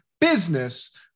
business